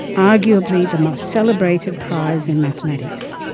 arguably the most celebrated prize in mathematics.